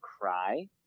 cry